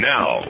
Now